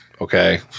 Okay